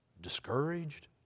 discouraged